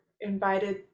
invited